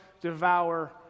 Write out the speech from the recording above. devour